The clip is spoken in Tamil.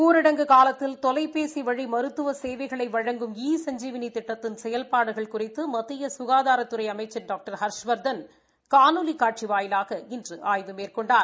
ஊரடங்கு காலத்தில் தொலைபேசி வழி மருத்துவ சேவைகளை வழங்கும் இ சஞ்ஜீவினி திட்டத்தின் செயல்பாடுகள் குறித்து மத்திய சுகாதாரத்துறை அமைச்சர் டாக்டர் ஹர்ஷவர்தன் காணொலி காட்சி வாயிலாக இனறு ஆய்வு மேற்கொண்டார்